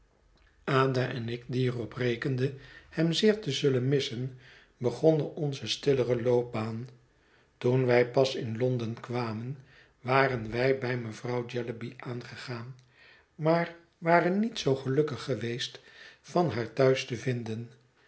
en ik die er op rekenden hem zeer te zullen missen begonnen onze stillere loopbaan toen wij pas in londen kwamen waren wij bij mevrouw jellyby aangegaan maar waren niet zoo gelukkig geweest van haar thuis te vinden